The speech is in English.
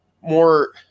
more